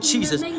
Jesus